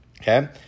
okay